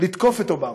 לתקוף את אובמה.